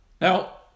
Now